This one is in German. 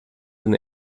den